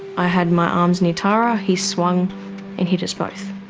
i had my arms near tara he swung and hit us both,